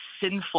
sinful